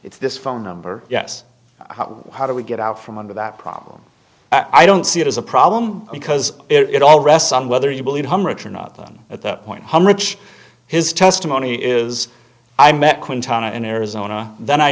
it's this phone number yes how do we get out from under that problem i don't see it as a problem because it all rests on whether you believe him rich or not then at that point hundreds his testimony is i met quinton in arizona then i